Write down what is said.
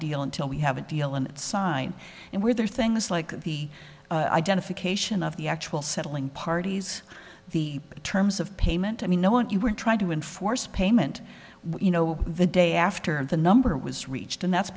deal until we have a deal and sign and where there are things like the identification of the actual settling parties the terms of payment i mean no what you were trying to enforce payment you know the day after and the number was reached and that's